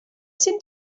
sydd